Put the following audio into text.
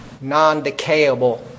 non-decayable